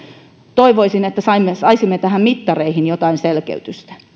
toivoisin että saisimme näihin mittareihin jotain selkeytystä